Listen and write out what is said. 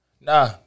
Nah